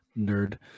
Nerd